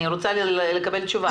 אני רוצה לקבל תשובה.